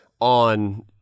on